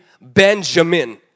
Benjamin